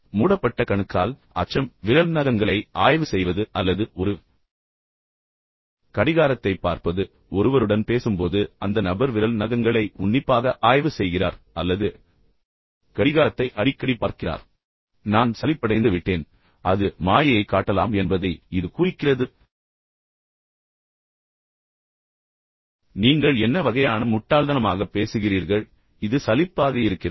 மூடப்பட்ட கணுக்கால் மீண்டும் அச்சம் விரல் நகங்களை ஆய்வு செய்வது அல்லது ஒரு கடிகாரத்தைப் பார்ப்பது எனவே ஒருவருடன் பேசும்போது அந்த நபர் விரல் நகங்களை உன்னிப்பாக ஆய்வு செய்கிறார் அல்லது கடிகாரத்தை அடிக்கடி பார்க்கிறார் எனவே நான் சலிப்படைந்துவிட்டேன் அல்லது அது மாயையைக் காட்டலாம் என்பதை இது குறிக்கிறது எனவே நீங்கள் என்ன வகையான முட்டாள்தனமாக பேசுகிறீர்கள் எனவே இது உண்மையில் சலிப்பாக இருக்கிறது